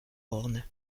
horn